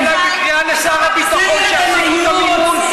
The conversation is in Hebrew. בקריאה לשר הביטחון שישימו יום עיון